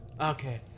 Okay